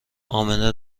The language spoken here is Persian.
امنه